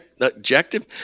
objective